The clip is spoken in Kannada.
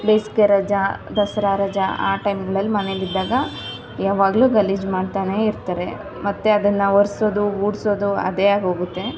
ಬೇಸಿಗೆ ರಜಾ ದಸರಾ ರಜಾ ಆ ಟೈಮ್ಗಳಲ್ಲಿ ಮನೆಯಲ್ಲಿ ಇದ್ದಾಗ ಯಾವಾಗ್ಲೂ ಗಲೀಜು ಮಾಡ್ತಾನೆ ಇರ್ತಾರೆ ಮತ್ತೆ ಅದನ್ನು ಒರೆಸೋದು ಗುಡಿಸೋದು ಅದೇ ಆಗೋಗುತ್ತೆ